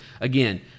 again